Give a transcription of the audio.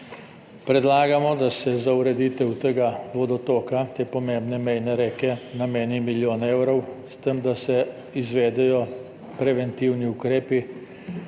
Predlagamo, da se za ureditev tega vodotoka, te pomembne mejne reke nameni milijon evrov, s tem da se izvedejo preventivni ukrepi